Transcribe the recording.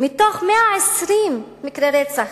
מתוך 120 מקרי רצח.